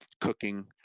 cooking